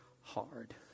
hard